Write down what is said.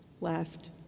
Last